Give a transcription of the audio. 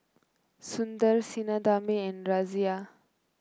Sundar Sinnathamby and Razia